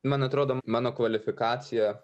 man atrodo mano kvalifikacija